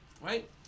right